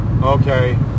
Okay